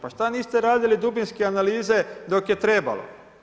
Pa šta niste radili dubinske analize doke je trebalo.